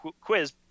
quiz